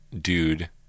dude